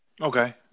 Okay